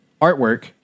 artwork